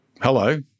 hello